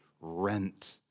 rent